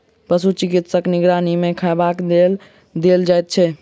पशु चिकित्सकक निगरानी मे खयबाक लेल देल जाइत छै